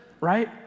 right